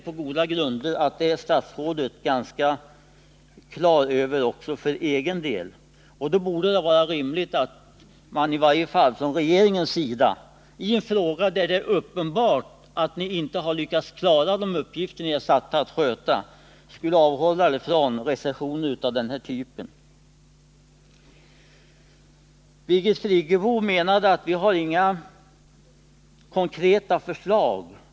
På goda grunder tror jag att statsrådet är ganska klar över det för egen del. Men då borde det vara rimligt att man från regeringens sida i den här frågan, där det är uppenbart att man inte lyckats klara de uppgifter man är satt att sköta, avhåller sig från recensioner av den här typen. Birgit Friggebo menade att vi inte har lagt fram några konkreta förslag.